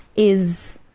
is,